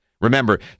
Remember